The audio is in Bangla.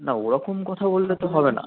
না ওরকম কথা বললে তো হবে না